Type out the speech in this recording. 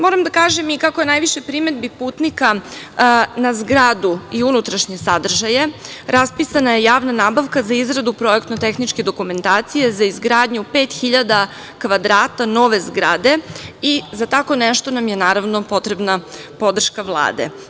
Moram da kažem i kako je najviše primedbi putnika na zgradu i unutrašnje sadržaje, raspisana je javna nabavka za izradu projektno-tehničke dokumentacije za izgradnju pet hiljada kvadrata nove zgrade i za tako nešto nam je, naravno, potrebna podrška Vlade.